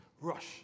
rush